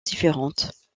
différentes